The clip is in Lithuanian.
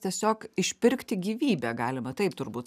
tiesiog išpirkti gyvybę galima taip turbūt